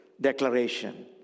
declaration